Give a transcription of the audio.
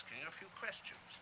asking a few questions